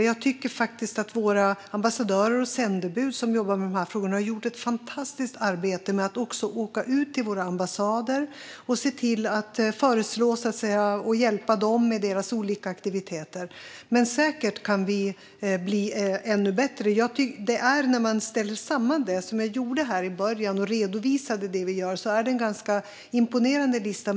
Jag tycker faktiskt att våra ambassadörer och sändebud som jobbar med dessa frågor har gjort ett fantastiskt arbete med att också åka ut till våra ambassader och se till att hjälpa dem med deras olika aktiviteter. Men säkert kan vi bli ännu bättre. När man ställer samman det - som jag gjorde här i början när jag redovisade det vi gör - är det en ganska imponerande lista.